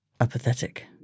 apathetic